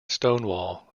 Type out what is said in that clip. stonewall